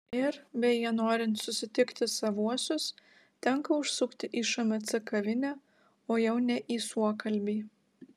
ir beje norint susitikti savuosius tenka užsukti į šmc kavinę o jau ne į suokalbį